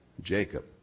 Jacob